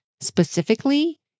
specifically